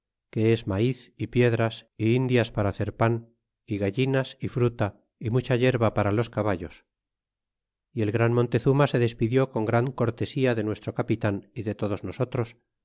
que es maiz é piedras indias para hacer pan é gallinas y fruta y mucha yerba para los caballos y el gran montezuma se despidió con gran cortesía de nuestro capitan y de todos nosotros